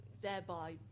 thereby